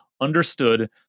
understood